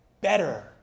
better